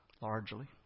Largely